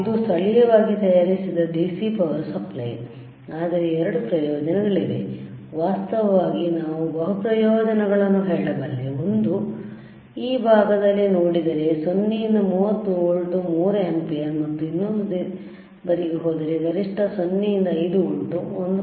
ಇದು ಸ್ಥಳೀಯವಾಗಿ ತಯಾರಿಸಿದ DCಪವರ್ ಸಪ್ಲೈ ಆದರೆ 2 ಪ್ರಯೋಜನಗಳಿವೆ ವಾಸ್ತವವಾಗಿ ನಾನು ಬಹು ಪ್ರಯೋಜನಗಳನ್ನು ಹೇಳಬಲ್ಲೆ ಒಂದು ಈ ಭಾಗದಲ್ಲಿ ನೋಡಿದರೆ 0 ರಿಂದ 30 ವೋಲ್ಟ್ 3 ಆಂಪಿಯರ್ ಮತ್ತು ಇನ್ನೊಂದು ಬದಿಗೆ ಹೋದರೆ ಗರಿಷ್ಠ 0 ರಿಂದ 5 ವೋಲ್ಟ್ 1